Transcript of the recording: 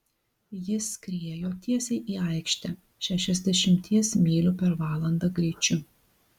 ji skriejo tiesiai į aikštę šešiasdešimties mylių per valandą greičiu